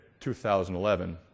2011